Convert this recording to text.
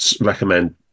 recommend